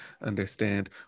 understand